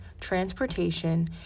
transportation